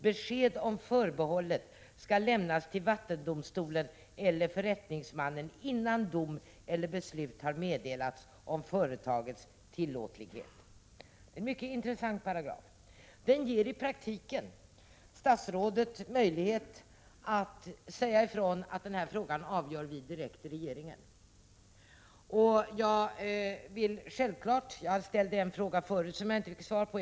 Besked om förbehållet skall lämnas till vattendomstolen eller förrättningsmannen innan dom eller beslut har meddelats om företagets tillåtlighet.” Det är en mycket intressant paragraf. Den ger i praktiken statsrådet möjlighet att säga ifrån att den här frågan avgör vi direkt i regeringen. Jag ställde förut en fråga som jag inte fick svar på.